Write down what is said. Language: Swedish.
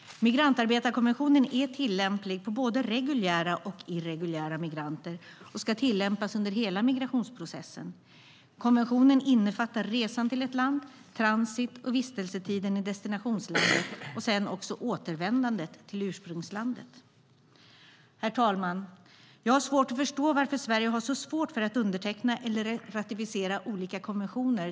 Migrantarbetarkonventionen är tillämplig på både reguljära och irreguljära migranter och ska tillämpas under hela migrationsprocessen. Konventionen innefattar resan till ett land, transit och vistelsetiden i destinationslandet samt återvändandet till ursprungslandet. Herr talman! Jag har svårt att förstå varför Sverige har så svårt att underteckna eller ratificera olika konventioner.